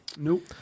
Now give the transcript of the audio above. Nope